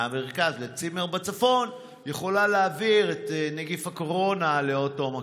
מהמרכז לצימר בצפון יכולה להעביר את נגיף הקורונה לאותו מקום.